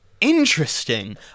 interesting